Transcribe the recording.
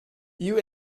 you